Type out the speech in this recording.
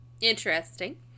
Interesting